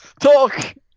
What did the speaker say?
Talk